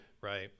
Right